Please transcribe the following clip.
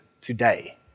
today